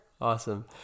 Awesome